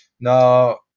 Now